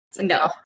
no